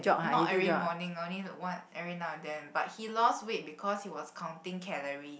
not every morning only one every now and then but he lost weight because he was counting calorie